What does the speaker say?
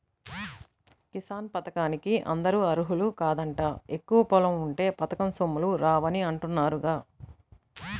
కిసాన్ పథకానికి అందరూ అర్హులు కాదంట, ఎక్కువ పొలం ఉంటే పథకం సొమ్ములు రావని అంటున్నారుగా